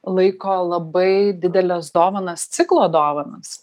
laiko labai dideles dovanas ciklo dovanas